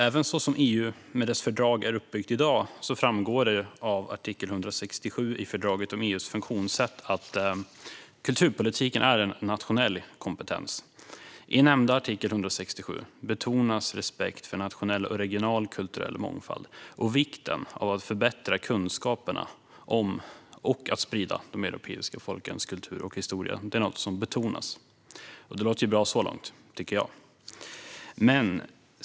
Även så som EU med dess fördrag är uppbyggt i dag framgår det av artikel 167 i fördraget om EU:s funktionssätt att kulturpolitiken är en nationell kompetens. I nämnda artikel 167 betonas respekt för nationell och regional kulturell mångfald, och vikten av att förbättra kunskaperna om och att sprida de europeiska folkens kultur och historia betonas. Det låter bra så långt, tycker jag.